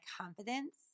confidence